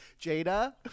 Jada